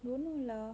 I don't know lah